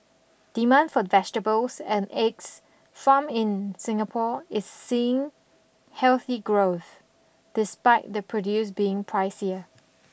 demand for vegetables and eggs farmed in Singapore is seeing healthy growth despite the produce being pricier